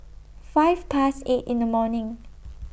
five Past eight in The morning